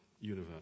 universe